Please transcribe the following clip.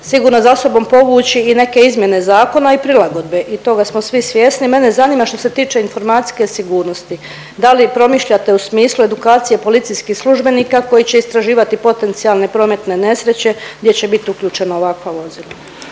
sigurno za sobom povući i neke izmjene zakona i prilagodbe. I toga smo svi svjesni. Mene zanima što se tiče informacijske sigurnosti, da li promišljate u smislu edukacije policijskih službenika koji će istraživati potencijalne prometne nesreće gdje će bit uključena ovakva vozila?